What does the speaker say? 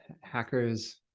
hackers